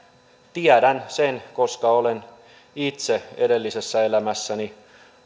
tiedän sen koska olen itse edellisessä elämässäni